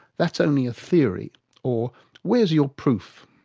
that's only a theory or where's your proof?